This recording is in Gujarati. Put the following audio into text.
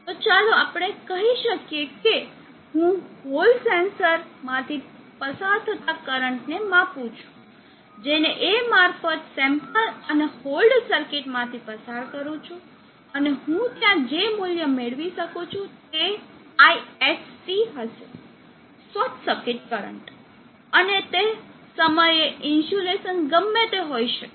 તો ચાલો આપણે કહી શકીએ કે હું હોલ સેન્સર માંથી પસાર થતા કરંટ ને માપું છું જેને A મારફત સેમ્પલ અને હોલ્ડ સર્કિટ માંથી પસાર કરું છું અને હું ત્યાં જે મૂલ્ય મેળવી શકું છું તે ISC હશે શોર્ટ સર્કિટ કરંટ અને તે સમયે ઇન્સ્યુલેશન ગમે તે હોય શકે